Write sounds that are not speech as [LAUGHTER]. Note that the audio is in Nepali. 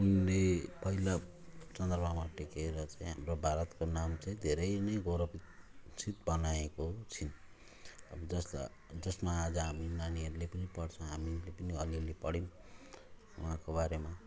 उनले पहिला चन्द्रमामा टेकेर चाहिँ हाम्रो भारतको नाम चाहिँ धेरै नै गौरव [UNINTELLIGIBLE] बनाएको छिन् अब जसला जसमा हामी आज नानीहरूले पनि पढ्छौँ हामीले पनि अलि अलि पढ्यौँ उहाँको बारेमा